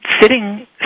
sitting